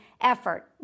effort